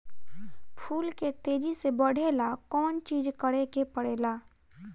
फूल के तेजी से बढ़े ला कौन चिज करे के परेला?